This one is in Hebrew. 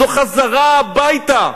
זו חזרה הביתה,